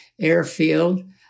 airfield